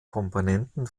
komponenten